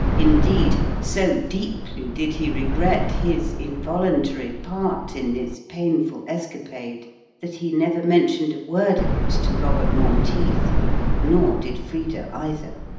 indeed, so deeply did he regret his involuntary part in this painful escapade that he never mentioned a word of it to robert monteith nor did frida either.